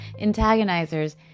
Antagonizers